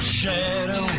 shadow